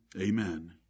amen